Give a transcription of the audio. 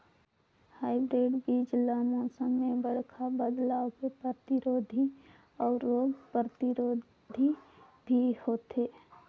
hybrid बीज ल मौसम में बड़खा बदलाव के प्रतिरोधी अऊ रोग प्रतिरोधी भी होथे